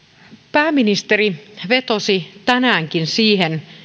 pääministeri vetosi tänäänkin siihen